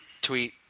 tweet